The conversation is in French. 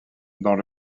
dans